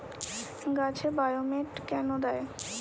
গাছে বায়োমেট কেন দেয়?